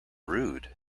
rude